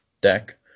deck